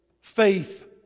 faith